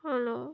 hello